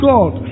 God